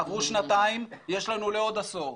עברו שנתיים, יש לנו לעוד עשור.